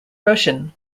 russian